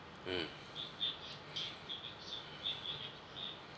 hmm